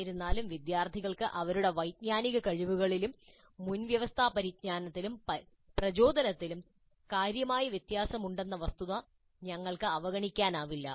എന്നിരുന്നാലും വിദ്യാർത്ഥികൾക്ക് അവരുടെ വൈജ്ഞാനിക കഴിവുകളിലും മുൻവ്യവസ്ഥാ പരിജ്ഞാനത്തിലും പ്രചോദനത്തിലും കാര്യമായ വ്യത്യാസമുണ്ടെന്ന വസ്തുത ഞങ്ങൾക്ക് അവഗണിക്കാനാവില്ല